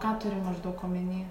ką turi maždaug omeny